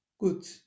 Good